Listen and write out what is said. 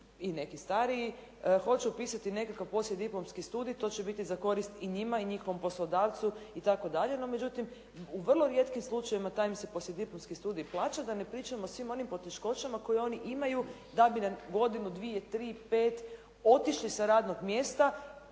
i neki stariji hoće upisati nekakav poslijediplomski studij, to će biti za korist i njima i njihovom poslodavcu itd., no međutim u vrlo rijetkim slučajevima taj im se poslijediplomski studij plaća, da ne pričam o svim onim poteškoćama koje oni imaju da bi na godinu, dvije, tri, pet otišli sa radnog mjesta,